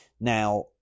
Now